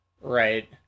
right